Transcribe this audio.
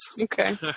okay